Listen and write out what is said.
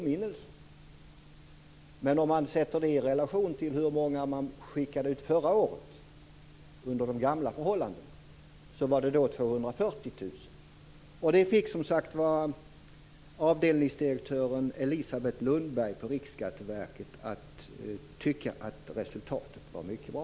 Men detta skall sättas i relation till hur många som skickades ut förra året, under de gamla förhållandena, nämligen 240 000. Detta fick avdelningsdirektören Elisabeth Lundberg på Riksskatteverket att tycka att resultatet var mycket bra.